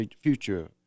future